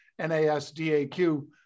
NASDAQ